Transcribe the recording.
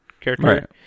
character